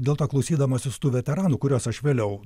dėl to klausydamasis tų veteranų kuriuos aš vėliau